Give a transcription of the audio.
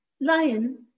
lion